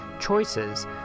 choices